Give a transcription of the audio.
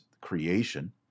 creation